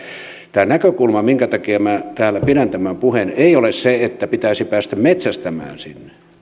tämä näkökulma minkä takia minä täällä pidän tämän puheen ei ole se että pitäisi päästä metsästämään sinne